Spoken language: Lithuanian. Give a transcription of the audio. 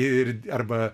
ir arba